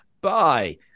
bye